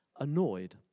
annoyed